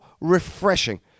refreshing